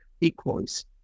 equals